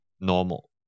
normal